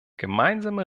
gemeinsame